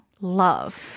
love